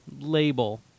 label